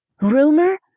Rumor